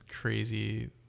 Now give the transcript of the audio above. crazy